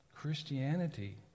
Christianity